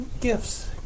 Gifts